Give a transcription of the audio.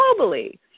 globally